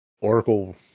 oracle